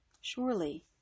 Surely